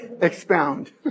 Expound